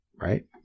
Right